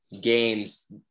games